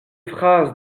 phrases